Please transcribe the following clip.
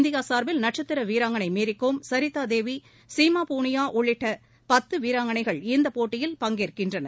India சார்பில் நட்சத்திர வீராங்கனை மேரி கோம் சரிதா தேவி சீமா பூனியா உள்ளிட்ட உள்ளிட்ட பத்து வீராங்கனைகள் இந்தப் போட்டியில் பங்கேற்கின்றனர்